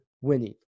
winning